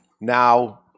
now